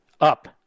Up